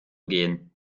gehen